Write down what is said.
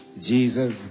Jesus